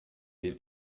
den